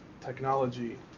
technology